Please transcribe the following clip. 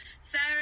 Sarah